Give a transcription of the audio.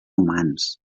humans